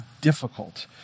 difficult